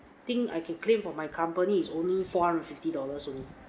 thing I can claim from my company is only four hundred fifty dollars only